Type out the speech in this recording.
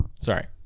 Sorry